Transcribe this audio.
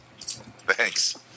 Thanks